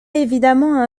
évidemment